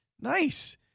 nice